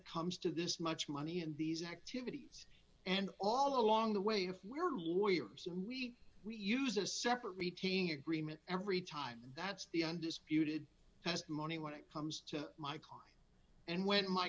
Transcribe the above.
comes to this much money and these activities and all along the way if we were lawyers we use a separate retaining agreement every time that's the undisputed has money when it comes to my car and went my